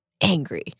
angry